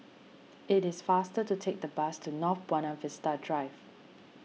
it is faster to take the bus to North Buona Vista Drive